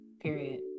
Period